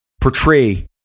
portray